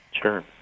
Sure